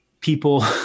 people